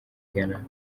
ghana